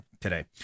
today